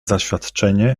zaświadczenie